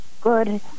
Good